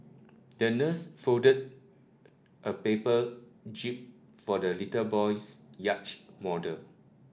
the nurse folded a paper jib for the little boy's yacht model